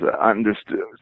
understood